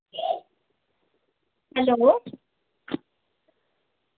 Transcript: hello